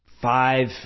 five